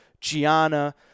Gianna